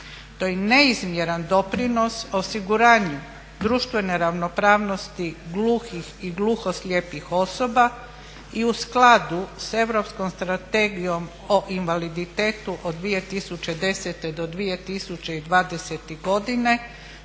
To je neizmjeran doprinos osiguranju društvene ravnopravnosti gluhih i gluhoslijepih osoba i u skladu s Europskom strategijom o invaliditetu od 2010. do 2020. godine